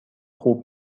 خوب